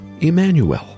Emmanuel